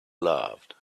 laughed